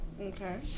okay